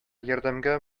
ярдәмгә